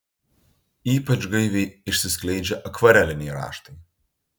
ypač gaiviai išsiskleidžia akvareliniai raštai